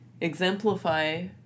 exemplify